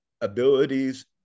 abilities